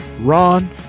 Ron